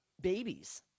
babies